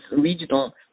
regional